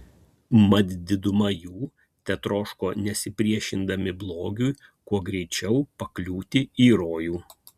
mat diduma jų tetroško nesipriešindami blogiui kuo greičiau pakliūti į rojų